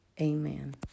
Amen